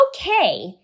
okay